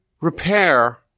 Repair